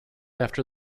after